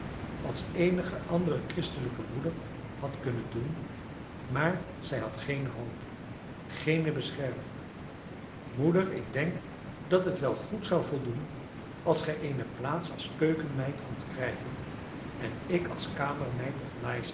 als eenige andere christelijke moeder had kunnen doen maar zij had geene hoop geene bescherming moeder ik denk dat het wel goed zou voldoen als gij eene plaats als keukenmeid kondt krijgen en ik als kamermeid of